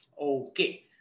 Okay